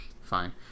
Fine